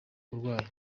urwaye